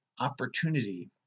opportunity